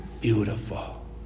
beautiful